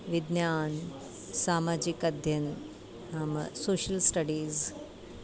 विज्ञानं सामाजिकम् अध्ययनं नाम सोशियल् स्टडीस्